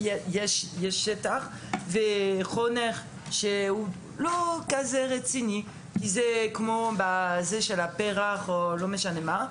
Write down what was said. בשטח החונך הוא לא כזה רציני כי זה כמו פר"ח או לא משנה מה.